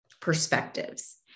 perspectives